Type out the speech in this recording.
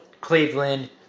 cleveland